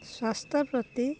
ସ୍ୱାସ୍ଥ୍ୟ ପ୍ରତି